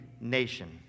nation